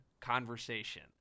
conversation